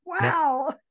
Wow